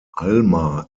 alma